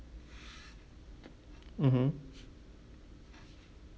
mmhmm